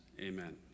Amen